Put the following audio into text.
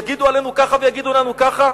יגידו עלינו ככה ויגידו עלינו ככה?